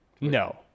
no